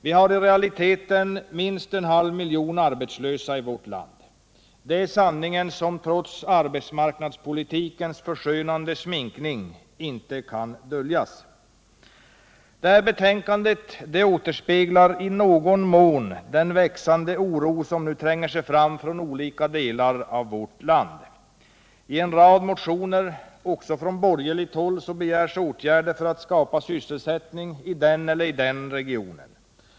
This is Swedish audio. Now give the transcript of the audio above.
Vi har i realiteten minst en halv miljon arbetslösa i vårt land. Det är sanningen, som trots arbetsmarknadspolitikens förskönande sminkning inte kan döljas. Det här betänkandet återspeglar i någon mån den växande oro, som nu tränger sig fram från olika delar av vårt land. I en rad motioner också från borgerligt håll begärs åtgärder för att skapa sysselsättning i den eller i den regionen.